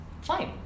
fine